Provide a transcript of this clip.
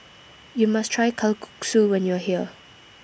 YOU must Try Kalguksu when YOU Are here